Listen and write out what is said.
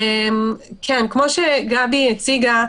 כמו שגבי הציגה,